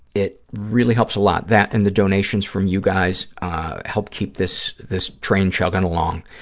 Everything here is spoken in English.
it really helps a lot. that and the donations from you guys help keep this this train chugging along.